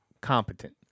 competent